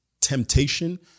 temptation